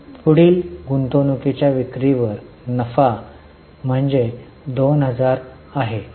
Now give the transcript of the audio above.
पुढील गुंतवणूकीच्या विक्रीवर नफा म्हणजे 2000 आहे